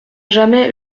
jamais